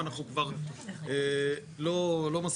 לא תל אביב, לא רמת השרון.